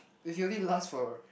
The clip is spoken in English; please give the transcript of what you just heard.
if he only last for